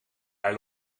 hij